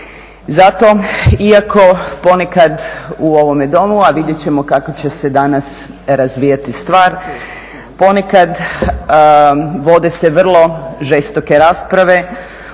Zato iako ponekad u ovome Domu, a vidjet ćemo kako će se danas razvijati stvar, ponekad vode se vrlo žestoke rasprave